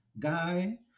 guy